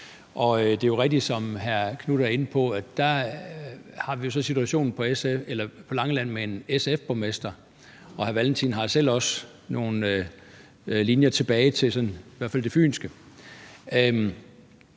og det er rigtigt, som hr. Marcus Knuth er inde på, at vi jo så havde en situation på Langeland med en SF-borgmester, og hr. Carl Valentin har også selv nogle linjer tilbage til i hvert fald det fynske.